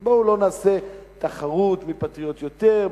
אז בואו לא נעשה תחרות מי פטריוט יותר,